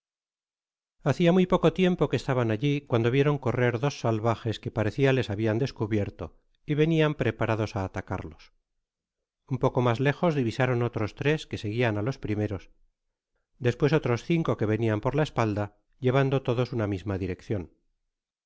hacia muy poco tiempo que estaban allí cuando vieron correr dos salvajes que parecía les habian descubierto y venian preparados á atacarlos un poco mas lejos divisaron otros tres que seguían a los primores despues otros cinco que venian por ja espalda llevando todos una misma direccion